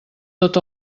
tot